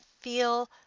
feel